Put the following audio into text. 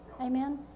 Amen